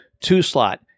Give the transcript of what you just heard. two-slot